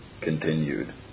continued